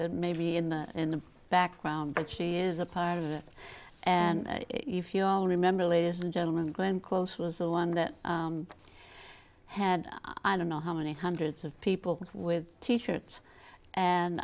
it maybe in the in the background but she is a part of it and if you all remember ladies and gentlemen glenn close was the one that had i don't know how many hundreds of people with teachers and